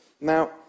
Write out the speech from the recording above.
Now